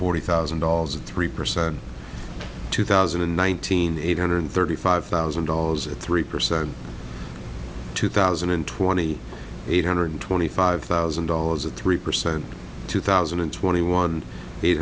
forty thousand dollars and three percent two thousand and nineteen eight hundred thirty five thousand dollars at three percent two thousand and twenty eight hundred twenty five thousand dollars or three percent two thousand and twenty one eight